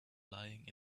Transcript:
lying